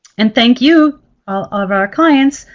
and thank you, all of our clients,